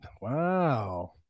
Wow